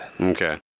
Okay